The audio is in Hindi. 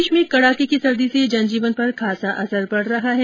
प्रदेश में कड़ाके की सर्दी से जन जीवन पर खासा असर पड़ रहा है